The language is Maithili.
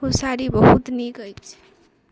ओ साड़ी बहुत नीक अछि